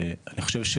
אני חושב,